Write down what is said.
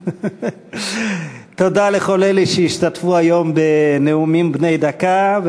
תודה לכל אלה שהשתתפו היום בנאומים בני דקה.